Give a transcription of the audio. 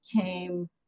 came